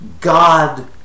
god